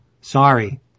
sorry